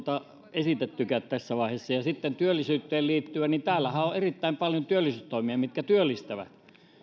esitettykään tässä vaiheessa ja sitten työllisyyteen liittyen täällähän on on erittäin paljon työllisyystoimia mitkä työllistävät